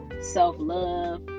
self-love